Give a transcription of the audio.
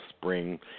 spring